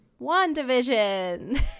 WandaVision